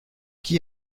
qui